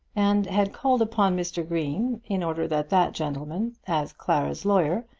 and had called upon mr. green, in order that that gentleman, as clara's lawyer,